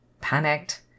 panicked